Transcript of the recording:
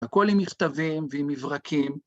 הכל עם מכתבים ועם מברקים.